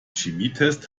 chemietest